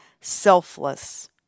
selfless